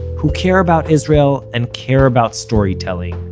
who care about israel and care about storytelling,